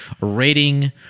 rating